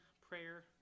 prayer